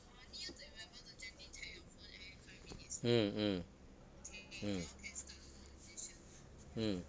mm mm mm mm